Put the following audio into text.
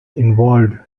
involved